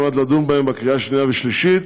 כדי לדון בהם בקריאה שנייה ושלישית.